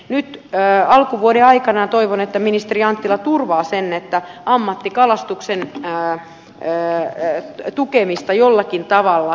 nyt tyttö ja alkuvuoden puhemies toivon että ministeri anttila nyt alkuvuoden aikana turvaa sen että ammattikalastuksen tukemista jollakin tavalla jatketaan